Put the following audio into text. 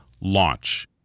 launch